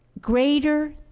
greater